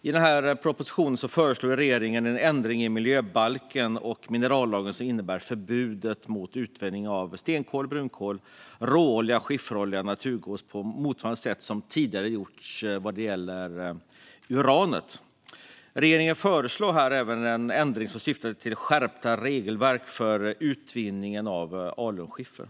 I propositionen föreslår regeringen ändringar i miljöbalken och minerallagen som innebär ett förbud mot utvinning av stenkol, brunkol, råolja, skifferolja och naturgas på motsvarande sätt som tidigare har gjorts när det gäller uran. Regeringen förslår även en ändring som syftar till att skärpa regelverket för utvinning i alunskiffer.